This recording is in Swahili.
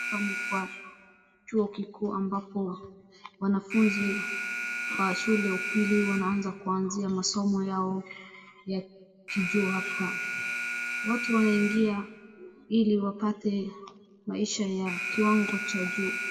Hapa ni kwa chup kikuu ambapo wanafunzi wa shule ya upili wanaanz kuanzia masomo yao ya kijuu hapa. Watu wanaingia ili wapate maisha ya kiwango cha juu.